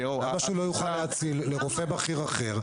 למה שלא יוכל להאציל את ההרשאה האישית לרופא בכיר אחר?